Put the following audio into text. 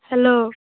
hello